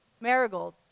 Marigold